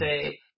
say